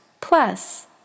plus